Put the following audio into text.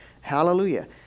Hallelujah